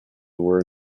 were